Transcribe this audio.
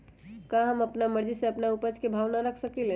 का हम अपना मर्जी से अपना उपज के भाव न रख सकींले?